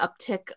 uptick